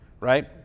right